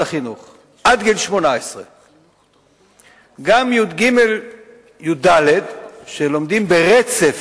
החינוך עד גיל 18. גם י"ג-י"ד שלומדים ברצף,